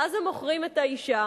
ואז הם מוכרים את האשה,